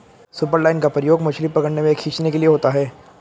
superline का प्रयोग मछली पकड़ने व खींचने के लिए होता है